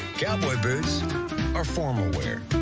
cowboy boots are formalwear.